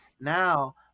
now